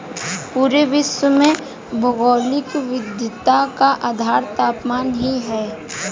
पूरे विश्व में भौगोलिक विविधता का आधार तापमान ही है